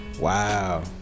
Wow